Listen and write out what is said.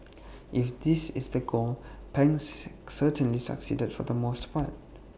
if this is the goal Pang's certainly succeeded for the most part